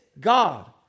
God